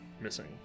missing